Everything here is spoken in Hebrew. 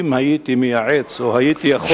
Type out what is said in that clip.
אם הייתי מייעץ או הייתי יכול,